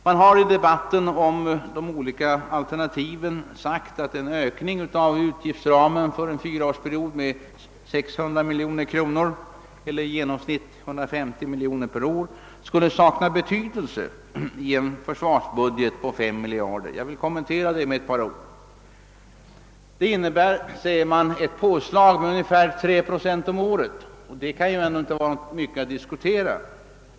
Man har i debatten om de olika alternativen sagt att en ökning av utgiftsramen för en fyraårsperiod med 600 miljoner kronor — eller i genomsnitt 150 miljoner kronor per år — skulle sakna betydelse i en försvarsbudget på 5 miljarder kronor. Jag vill kommentera detta med några ord. Det innebär, säger man, ett påslag med 3 procent om året, och det kan inte vara mycket att diskutera.